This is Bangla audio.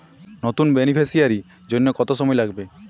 নতুন বেনিফিসিয়ারি জন্য কত সময় লাগবে?